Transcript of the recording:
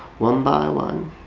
one by one